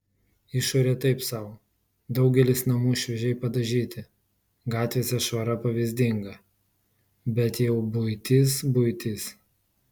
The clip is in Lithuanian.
išorė taip sau daugelis namų šviežiai padažyti gatvėse švara pavyzdinga bet jau buitis buitis